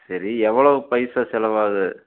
சரி எவ்வளவு பைசா செலவாகும்